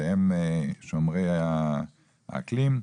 שהם שומרי האקלים.